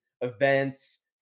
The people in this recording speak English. events